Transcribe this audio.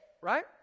Right